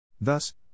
Thus